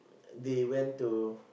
they went to